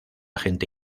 gente